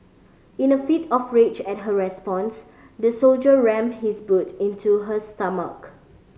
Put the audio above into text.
in a fit of rage at her response the soldier rammed his boot into her stomach